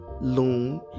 Loon